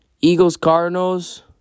Eagles-Cardinals